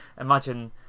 imagine